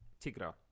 tigra